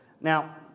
Now